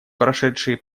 прошедшие